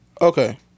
Okay